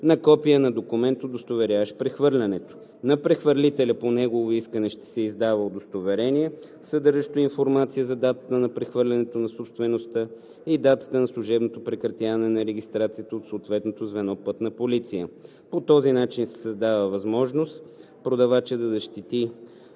на копие на документ, удостоверяващ прехвърлянето. На прехвърлителя, по негово искане, ще се издава удостоверение, съдържащо информация за датата на прехвърлянето на собствеността и датата на служебното прекратяване на регистрацията от съответното звено „Пътна полиция“. По този начин се създава възможност продавачът да защити